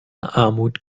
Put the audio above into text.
armut